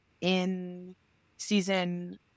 in-season